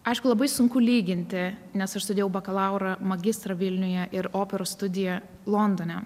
aišku labai sunku lyginti nes aš studijavau bakalaurą magistrą vilniuje ir operos studiją londone